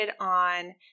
on